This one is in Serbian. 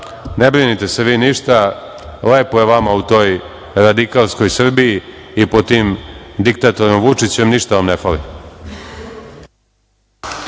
ne brinite se vi ništa, lepo je vama u toj radikalskoj Srbiji i po tim diktatorom Vučićem, ništa vam ne